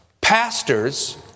pastors